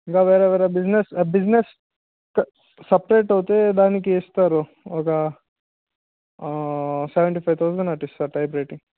ఇంకా వేరే వేరే బిసినెస్ బిజినెస్ సపరేట్ అయితే దానికి ఇస్తారు ఒక సెవెంటీ ఫైవ్ థౌజండ్ అలా ఇస్తారు టైప్ రైటింగ్